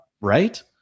right